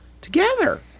together